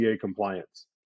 compliance